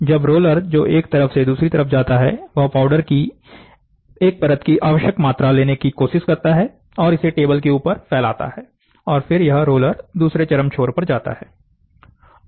जब रोलर जो एक तरफ से दूसरी तरफ जाता है वह पाउडर की एक परत की आवश्यक मात्रा लेने की कोशिश करता है और इसे टेबल के ऊपर फैलाता है और फिर यह रोलर दूसरे चरम छोर पर जाता है